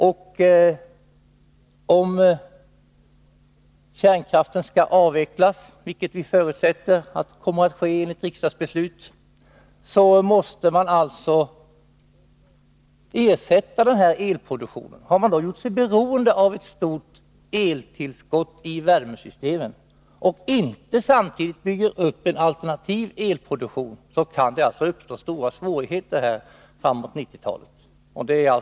Och om Fredagen den kärnkraften skall avvecklas — vilket vi förutsätter skall ske enligt riksdagens 17 december 1982 beslut — måste denna elproduktion ersättas. Om man då har gjort sig beroende av ett stort eltillskott i värmesystemet och inte har byggt upp en alternativ elproduktion, kan det uppstå stora svårigheter framåt 1990-talet.